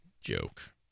joke